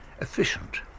efficient